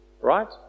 right